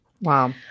Wow